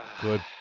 Good